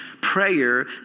prayer